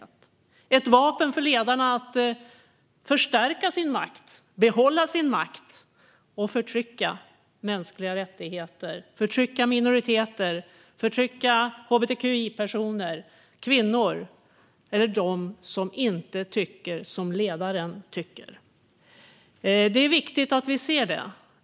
Det är ett vapen för ledarna att förstärka och behålla sin makt, trycka tillbaka mänskliga rättigheter och förtrycka minoriteter, hbtqi-personer, kvinnor och dem som inte tycker som ledaren tycker. Det är viktigt att vi ser detta.